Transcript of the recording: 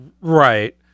right